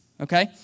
okay